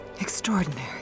Extraordinary